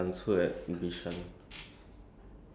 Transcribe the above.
I don't think so must check wait ah